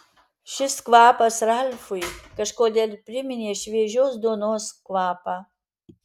šis kvapas ralfui kažkodėl priminė šviežios duonos kvapą